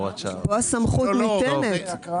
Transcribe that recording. פה הסמכות ניתנת.